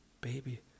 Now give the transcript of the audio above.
baby